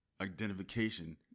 identification